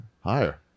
Higher